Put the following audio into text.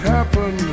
Happen